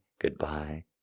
goodbye